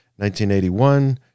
1981